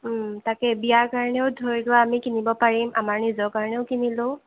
তাকেই বিয়াৰ কাৰণেও ধৰি লোৱা আমি কিনিব পাৰিম আমাৰ নিজৰ কাৰণেও কিনি লওঁ